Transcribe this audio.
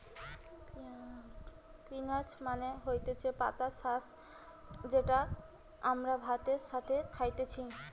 spinach মানে হতিছে পাতা শাক যেটা আমরা ভাতের সাথে খাইতেছি